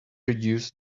reduce